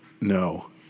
No